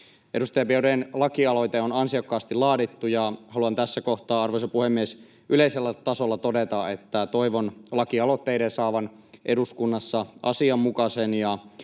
Edustaja Biaudet’n lakialoite on ansiokkaasti laadittu, ja haluan tässä kohtaa, arvoisa puhemies, yleisellä tasolla todeta, että toivon lakialoitteiden saavan eduskunnassa asianmukaisen ja